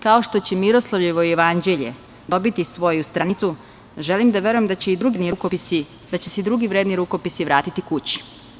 Kao što će Miroslavljevo jevanđelje dobiti svoju stranicu, želim da verujem da će se i drugi vredni rukopisi vratiti kući.